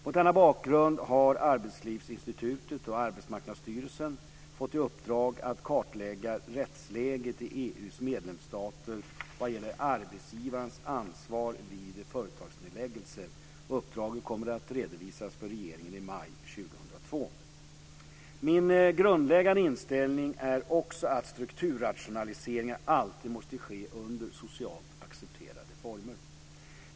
Mot denna bakgrund har Arbetslivsinstitutet och Arbetsmarknadsstyrelsen fått i uppdrag att kartlägga rättsläget i EU:s medlemsstater vad gäller arbetsgivarens ansvar vid företagsnedläggelser. Uppdraget kommer att redovisas för regeringen i maj 2002. Min grundläggande inställning är också att strukturrationaliseringar alltid måste ske under socialt accepterade former.